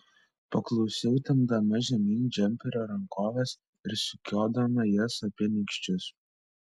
paklausiau tempdama žemyn džemperio rankoves ir sukiodama jas apie nykščius